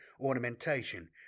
ornamentation